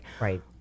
Right